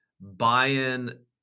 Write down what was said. buy-in